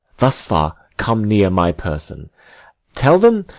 thus far come near my person tell them,